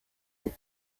sie